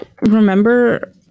remember